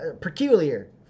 Peculiar